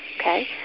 Okay